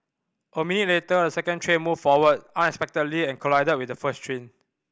a minute later and second train moved forward unexpectedly and collided with the first train